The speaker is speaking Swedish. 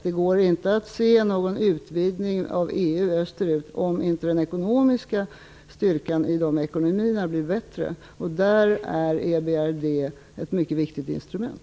Det går inte att se någon utvidgning av EU österut om inte den ekonomiska styrkan i dessa ekonomier blir bättre. Där är EBRD ett mycket viktigt instrument.